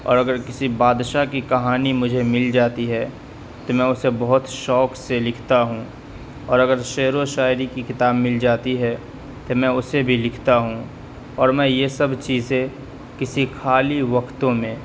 اور اگر کسی بادشاہ کی کہانی مجھے مل جاتی ہے تو میں اسے بہت شوق سے لکھتا ہوں اور اگر شعر و شاعری کی کتاب مل جاتی ہے تو میں اسے بھی لکھتا ہوں اور میں یہ سب چیزیں کسی خالی وقتوں میں